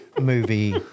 movie